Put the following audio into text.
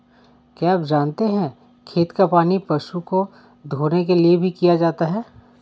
क्या आप जानते है खेत का पानी पशु को धोने के लिए भी किया जाता है?